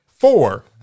Four